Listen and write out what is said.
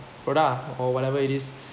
product or whatever it is